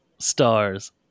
stars